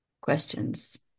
questions